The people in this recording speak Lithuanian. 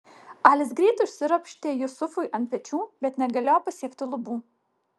alis greit užsiropštė jusufui ant pečių bet negalėjo pasiekti lubų